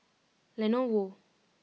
Lenovo